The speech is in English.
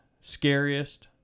scariest